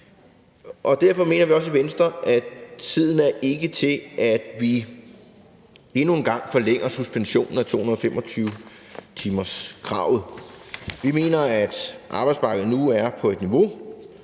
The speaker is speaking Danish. og derfor mener vi også i Venstre, at tiden ikke er til, at vi endnu en gang forlænger suspensionen af 225-timerskravet. Vi mener, at arbejdsmarkedet nu er på et niveau,